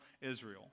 Israel